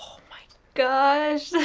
my gosh.